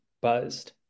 buzzed